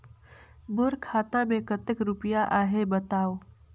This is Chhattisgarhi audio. मोर खाता मे कतेक रुपिया आहे बताव?